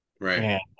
Right